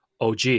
OG